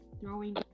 throwing